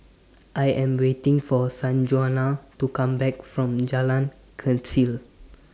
I Am waiting For Sanjuana to Come Back from Jalan Kechil